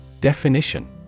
Definition